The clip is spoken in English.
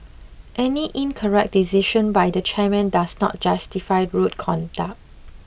any incorrect decision by the chairman does not justify rude conduct